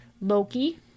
Loki